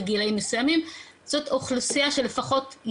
קראתי סיפור שקרה בערך לפני 150 שנה.